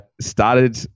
started